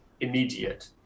immediate